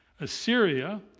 Assyria